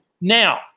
Now